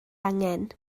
angen